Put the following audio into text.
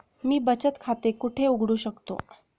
मी बचत खाते कुठे उघडू शकतो?